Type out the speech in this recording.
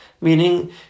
Meaning